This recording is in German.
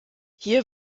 hier